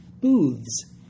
booths